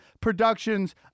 productions